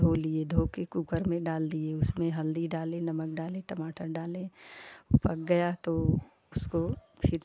धो लिए धोके कुकर में डाल दिए उसमे हल्दी डाले नमक डाले टमाटर डाले पक गया तो उसको फिर